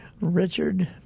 Richard